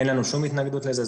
אין לנו שום התנגדות לזה,